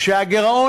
שהגירעון,